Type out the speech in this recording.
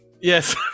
Yes